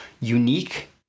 unique